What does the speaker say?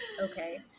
Okay